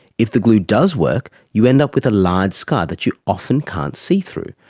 if the glue does work, you end up with a large scar that you often can't see through,